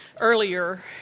earlier